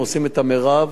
עושים את המירב.